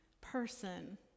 person